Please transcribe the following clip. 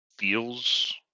Feels